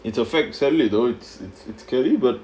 it's a fact sadly though it's it's it's scary but